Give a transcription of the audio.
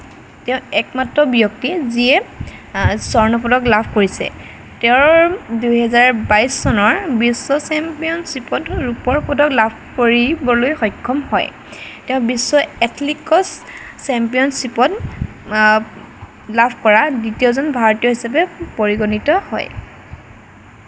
তেওঁ একমাত্ৰ ব্যক্তি যিয়ে স্বৰ্ণ পদক লাভ কৰিছে তেওঁ দুহেজাৰ বাইশ চনৰ বিশ্ব চেম্পিয়নশ্বিপত ৰূপৰ পদক লাভ কৰিবলৈ সক্ষম হয় তেওঁ বিশ্ব এথলিকচ চেম্পিয়নশ্বিপত লাভ কৰা দ্বিতীয়জন ভাৰতীয় হিচাপে পৰিগণিত হয়